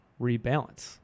rebalance